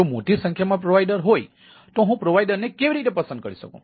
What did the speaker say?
જો મોટી સંખ્યામાં પ્રોવાઈડરો હોય તો હું પ્રોવાઇડર ને કેવી રીતે પસંદ કરી શકું